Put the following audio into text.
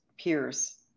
peers